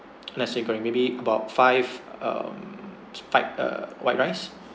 nasi goreng maybe about five um fiv~ white rice